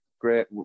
great